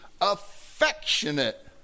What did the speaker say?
affectionate